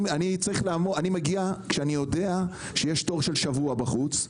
אני מגיע כשאני יודע שיש תור של שבוע בחוץ.